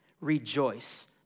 rejoice